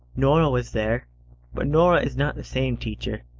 nora was there but nora is not the same, teacher.